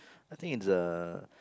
I think it's a